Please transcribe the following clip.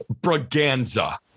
braganza